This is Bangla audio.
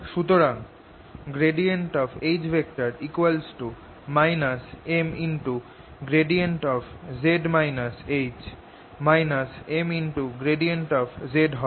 সুতরাং H Mz H Mδz হবে